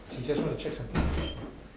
she just wanna check something